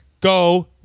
Go